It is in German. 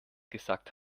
gesagt